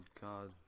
god